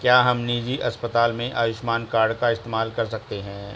क्या हम निजी अस्पताल में आयुष्मान कार्ड का इस्तेमाल कर सकते हैं?